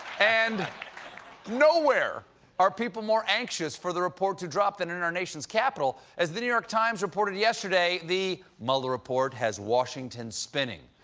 and nowhere are people more anxious for the report to drop than and in our nation's capital. as the new york times reported yesterday, the mueller report has washington spinning,